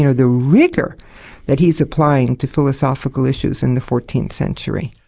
you know the rigour that he's applying to philosophical issues in the fourteenth century.